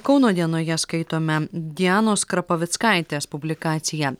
kauno dienoje skaitome dianos krapavickaitės publikaciją